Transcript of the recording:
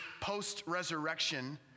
post-resurrection